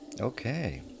Okay